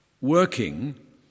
Working